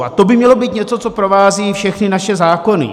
A to by mělo být něco, co provází všechny naše zákony.